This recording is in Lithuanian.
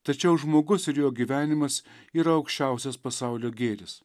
tačiau žmogus ir jo gyvenimas yra aukščiausias pasaulio gėris